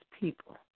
people